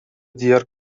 diğer